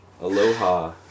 Aloha